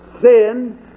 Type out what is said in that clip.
sin